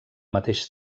mateix